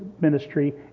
ministry